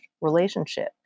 relationship